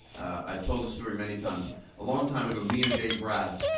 i've told this story many times. a long time ago, me and dave rath,